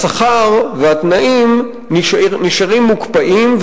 השכר והתנאים נשארים מוקפאים,